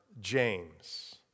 James